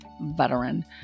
veteran